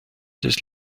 des